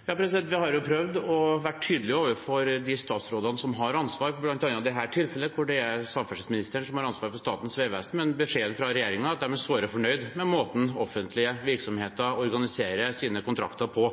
Vi har prøvd å være tydelig overfor de statsrådene som har ansvar, bl.a. i dette tilfellet, hvor det er samferdselsministeren som har ansvaret for Statens vegvesen, men beskjeden fra regjeringen er at de er såre fornøyd med måten offentlige virksomheter organiserer sine kontrakter på.